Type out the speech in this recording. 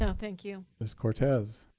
yeah thank you. miss cortez.